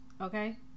Okay